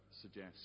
suggest